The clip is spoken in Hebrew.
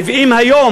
מביאים היום,